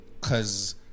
Cause